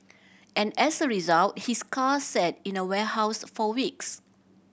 and as a result his car sat in a warehouse for weeks